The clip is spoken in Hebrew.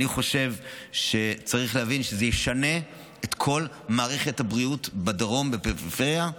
אני חושב שצריך להבין שזה ישנה את כל מערכת הבריאות בדרום ובפריפריה,